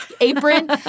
apron